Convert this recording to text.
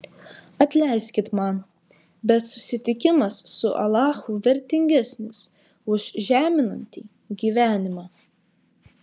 atleiskit man bet susitikimas su alachu vertingesnis už žeminantį gyvenimą